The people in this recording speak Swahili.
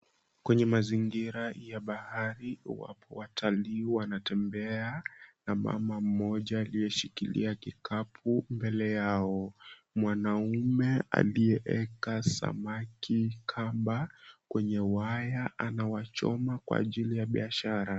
Kwenye mazingira ya bahari, wapo watalii wanatembea, na mama mmoja aliyeshikilia kikapu mbele yao. Mwanaume aliyeweka samaki kamba kwenye waya, anawachoma kwa ajili ya biashara.